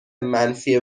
منفی